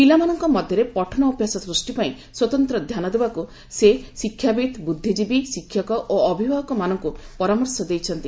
ପିଲାମାନଙ୍କ ମଧ୍ୟରେ ପଠନ ଅଭ୍ୟାସ ସୃଷ୍ଟି ପାଇଁ ସ୍ୱତନ୍ତ୍ର ଧ୍ୟାନ ଦେବାକୁ ସେ ଶିକ୍ଷାବିତ୍ ବୁଦ୍ଧିଜୀବୀ ଶିକ୍ଷକ ଓ ଅଭିଭାବକମାନଙ୍କୁ ପରାମର୍ଶ ଦେଇଛନ୍ତି